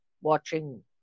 watching